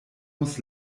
muss